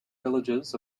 villages